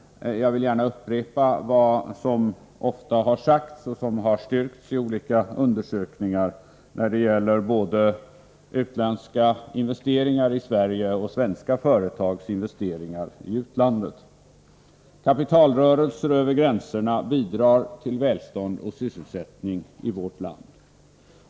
Jag vill gärna upprepa vad som ofta har sagts — och styrkts i olika undersökningar — när det gäller både utländska investeringar i Sverige och svenska företags investeringar i utlandet. Kapitalrörelser över gränserna bidrar till välstånd och sysselsättning i vårt land.